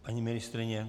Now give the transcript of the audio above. Paní ministryně?